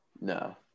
No